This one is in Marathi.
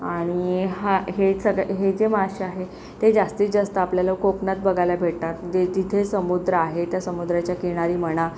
आणि हा हे सगळे हे जे मासे आहेत ते जास्तीत जास्त आपल्याला कोकणात बघायला भेटतात म्हणजे जिथे समुद्र आहे त्या समुद्राच्या किनारी म्हणा